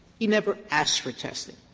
he never asked for testing.